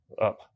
up